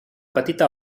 petita